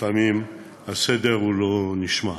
ולפעמים הסדר לא נשמר.